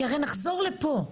כי הרי נחזור לפה.